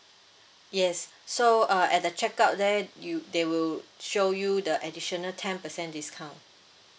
yes so uh at the check out there you there will show you the additional ten percent discount